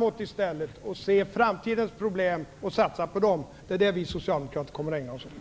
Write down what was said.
att i stället se framåt och se framtidens problem och satsa på dem. Det är det som vi socialdemokrater kommer att ägna oss åt.